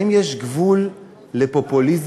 האם יש גבול לפופוליזם?